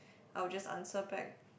I will just answer back